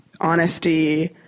honesty